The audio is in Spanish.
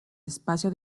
espacio